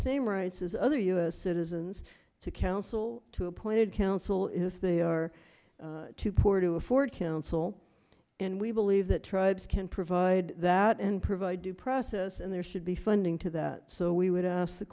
same rights as other u s citizens to counsel to appointed counsel if they are too poor to afford counsel and we believe that tribes can provide that and provide due process and there should be funding to that so we would ask the